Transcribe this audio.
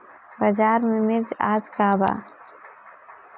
बाजार में मिर्च आज का बा?